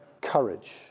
Courage